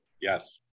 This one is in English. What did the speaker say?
Yes